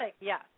yes